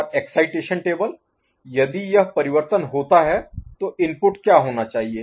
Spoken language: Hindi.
और एक्साइटेशन टेबल यदि यह परिवर्तन होता है तो इनपुट क्या होना चाहिए